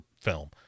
film